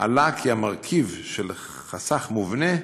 עלה כי המרכיב של חסך מובנה,